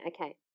okay